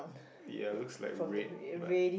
ya looks like red but